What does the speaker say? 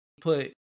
put